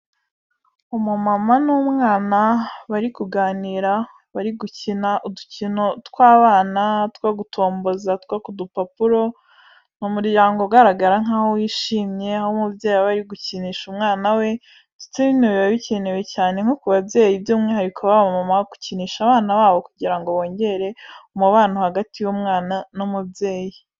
Umumama n'umwana bari kuganira, bari gukina udukino tw'abana two gutomboza two ku dupapuro, ni umuryango ugaragara nk'aho wishimye, aho umubyeyi aba ari gukinisha umwana we ndetse bino biba bikenewe cyane nko ku babyeyi by'umwihariko b'abamama, gukinisha abana babo kugira ngo bongere umubano hagati y'umwana n'umubyeyi.